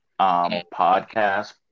podcast